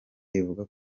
ivuga